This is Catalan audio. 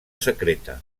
secreta